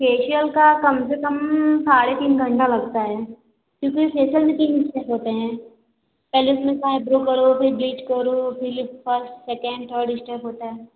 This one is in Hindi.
फेशियल का कम से कम साढ़े तीन घंटा लगता है क्योंकि फेशियल में तीन स्टेप होते हैं पहले उसमें क्या है आइब्रो करो फिर ब्लीच करो फिर ये फर्स्ट सेकेंड थर्ड स्टेप होता है